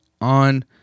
on